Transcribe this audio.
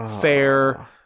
fair